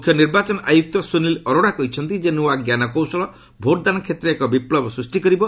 ମୁଖ୍ୟ ନିର୍ବାଚନ ଆୟୁକ୍ତ ସୁନୀଲ ଆରୋଡ଼ା କହିଛନ୍ତି ଯେ ନୃଆ ଜ୍ଞାନକୌଶଳ ଭୋଟ୍ଦାନ କ୍ଷେତ୍ରରେ ଏକ ବିପ୍ଲବ ସୃଷ୍ଟି କରିବ